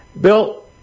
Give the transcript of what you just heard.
Bill